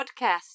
podcast